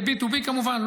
ב-B2B כמובן,